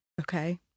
okay